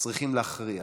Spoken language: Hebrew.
צריכים להכריע